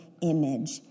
image